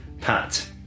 pat